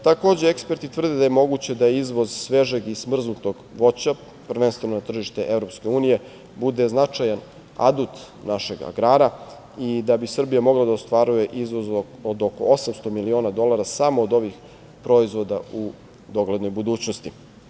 Takođe, eksperti tvrde da je moguće da izvoz svežeg i smrznutog voća, prvenstveno tržište EU, bude značajan adut našeg agrara i da bi Srbija mogla da ostvaruje izvoz od oko 800 miliona dolara samo od ovih proizvoda u doglednoj budućnosti.